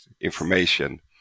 information